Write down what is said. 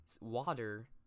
Water